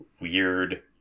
weird